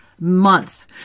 month